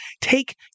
take